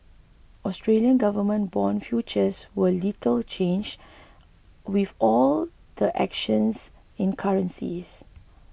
Australian government bond futures were little changed with all the actions in currencies